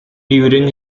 during